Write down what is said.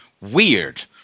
weird